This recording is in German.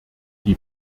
die